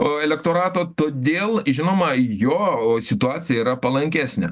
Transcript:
o elektorato todėl žinoma jo situacija yra palankesnė